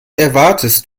erwartest